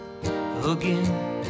Again